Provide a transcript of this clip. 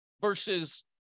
versus